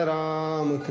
Ram